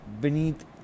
beneath